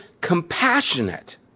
compassionate